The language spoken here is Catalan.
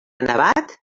nevat